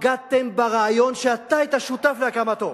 בגדתם ברעיון שאתה היית שותף להקמתו.